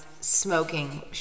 smoking